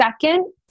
second